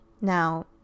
Now